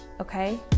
Okay